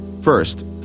First